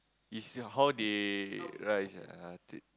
it's your how they rise ah yeah true